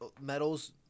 medals